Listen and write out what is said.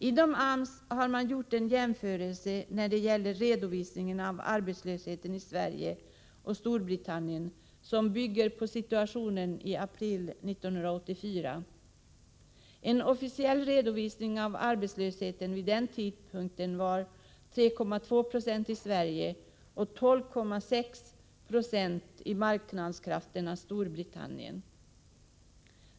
Inom AMS har man gjort en jämförelse när det gäller redovisningen av arbetslösheten i Sverige och Storbritannien som bygger på situationen i april 1984. En officiell redovisning av arbetslösheten var vid den tidpunkten 3,2 96 i Sverige och 12,6 76 i marknadskrafternas Storbritannien.